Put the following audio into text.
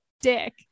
dick